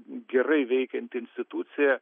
gerai veikianti institucija